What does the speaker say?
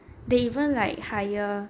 they even like hire